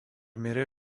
mirė